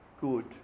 good